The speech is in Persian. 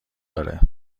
داره